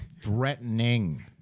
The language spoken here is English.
threatening